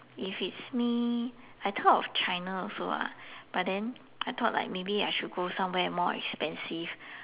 if it's me I thought of China also lah but then I thought like maybe I should go somewhere more expensive